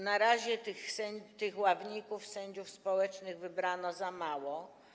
Na razie tych ławników, sędziów społecznych, wybrano za mało.